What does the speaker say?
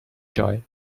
toy